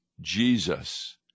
Jesus